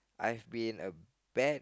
I've been a bad